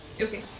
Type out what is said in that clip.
Okay